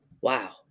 Wow